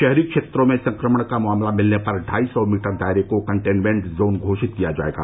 शहरी क्षेत्रों में संक्रमण का मामला मिलने पर ढाई सौ मीटर दायरे को कंटेनमेन्ट जोन घोषित किया जाएगा